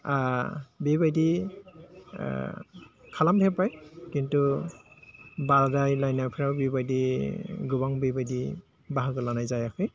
बेबायदि खालामफेरबाय खिन्थु बादायलायनायफोराव बेबायदि गोबां बेबायदि बाहागो लानाय जायाखै